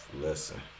listen